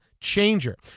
changer